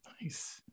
Nice